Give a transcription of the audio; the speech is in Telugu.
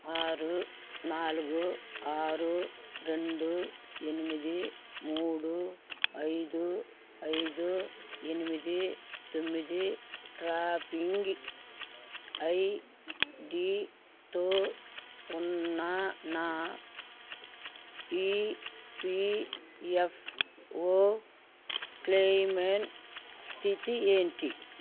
ఆరు నాలుగు ఆరు రెండు ఎనిమిది మూడు అయిదు అయిదు ఎనిమిది తొమ్మిది ట్రాకింగ్ ఐడితో ఉన్న నా ఈపిఎఫ్ఓ క్లెయిమెన్ స్థితి ఏంటి